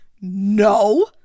no